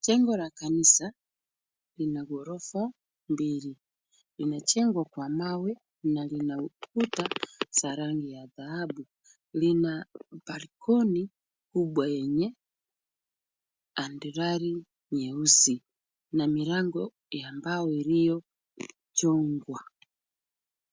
Jengo la kanisa lina ghorofa mbili. Limejengwa kwa mawe na lina ukuta za rangi ya dhahabu. Lina balconi kubwa yenye andurari nyeusi na milango ya mbao iliyochongwa.